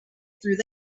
through